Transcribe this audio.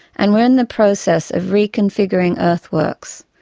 and were in the process of reconfiguring earthworks,